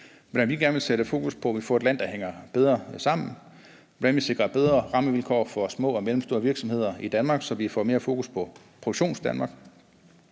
hvordan vi gerne vil sætte fokus på, at vi får et land, der hænger bedre sammen; hvordan vi sikrer bedre rammevilkår for små og mellemstore virksomheder i Danmark, Produktionsdanmark.